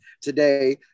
today